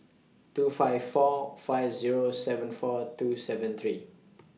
two five four five Zero seven four two seven three